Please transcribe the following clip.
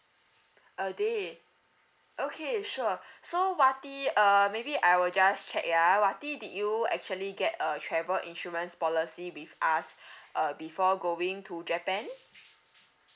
a day okay sure so wati uh maybe I will just check ya wati did you actually get a travel insurance policy with us uh before going to japan